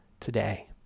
today